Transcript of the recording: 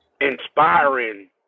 inspiring